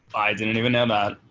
i didn't even um ah